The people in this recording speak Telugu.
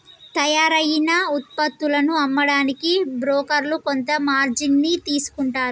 తయ్యారైన వుత్పత్తులను అమ్మడానికి బోకర్లు కొంత మార్జిన్ ని తీసుకుంటారు